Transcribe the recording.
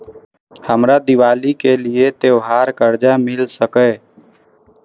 हमरा दिवाली के लिये त्योहार कर्जा मिल सकय?